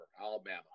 Alabama